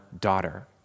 daughter